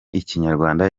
ikinyarwanda